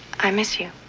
i miss you.